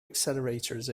accelerators